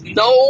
no